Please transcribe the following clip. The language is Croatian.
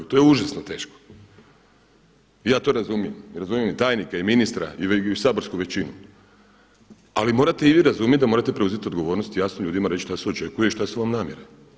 To je užasno teško i ja to razumijem i razumijem tajnika i ministra i saborsku većinu, ali morate i vi razumjeti da morate preuzeti odgovornost i jasno ljudima reći šta se očekuje i šta vam je namjera.